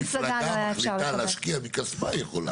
אם מפלגה מחליטה להשקיע מכספה, היא יכולה.